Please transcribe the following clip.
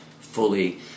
fully